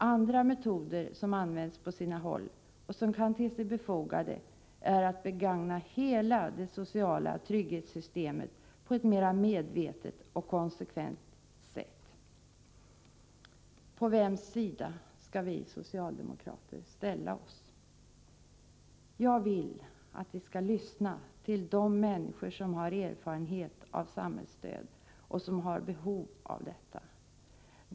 Andra metoder som används på sina håll, och som kan te sig befogade är att begagna hela det sociala trygghetssystemet på ett mera medvetet och konsekvent sätt.” På vems sida skall vi socialdemokrater ställa oss? Jag vill att vi skall lyssna till de människor som har erfarenhet av samhällsstöd och som har behov av detta.